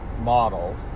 model